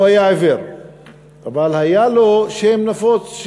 הוא היה עיוור אבל היה לו שם נפוץ,